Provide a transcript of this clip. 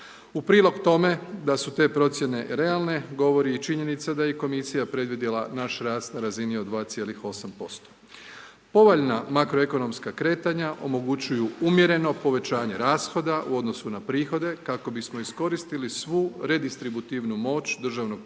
U prilog tome, da su te procijene realne, govori i činjenica da je i Komisija predvidjela naš rast na razini od 2,8%. Povoljna makroekonomska kretanja omogućuju umjereno povećanje rashoda u odnosu na prihode, kako bismo iskoristili svu redistributivnu moć državnog proračuna